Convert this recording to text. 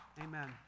amen